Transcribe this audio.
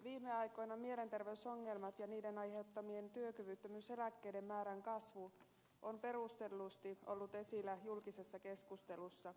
viime aikoina mielenterveysongelmat ja niiden aiheuttamien työkyvyttömyyseläkkeiden määrän kasvu on perustellusti ollut esillä julkisessa keskustelussa